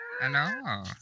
Hello